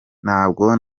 ntabwo